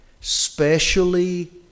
specially